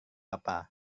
apa